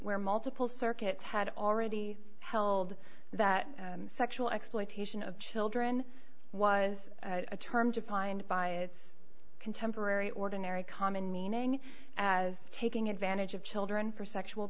where multiple circuits had already held that sexual exploitation of children was a term defined by its contemporary ordinary common meaning as taking advantage of children for sexual